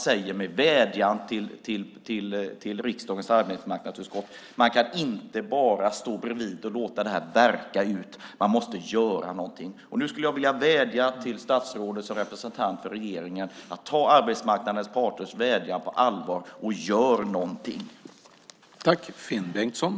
De vädjar till riksdagens arbetsmarknadsutskott och säger: Man kan inte bara stå bredvid och låta detta verka ut; man måste göra något. Jag vill vädja till statsrådet som representant för regeringen: Ta arbetsmarknadens parter på allvar och gör något!